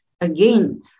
Again